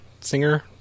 Singer